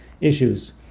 issues